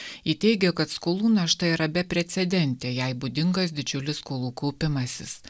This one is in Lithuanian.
ji teigia kad skolų našta yra beprecedentė jai būdingas didžiulis skolų kaupimasis